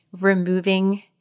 removing